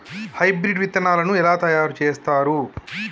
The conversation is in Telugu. హైబ్రిడ్ విత్తనాలను ఎలా తయారు చేస్తారు?